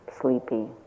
sleepy